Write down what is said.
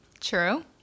True